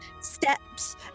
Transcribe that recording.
steps